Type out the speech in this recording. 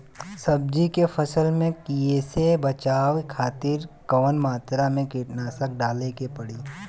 सब्जी के फसल के कियेसे बचाव खातिन कवन मात्रा में कीटनाशक डाले के चाही?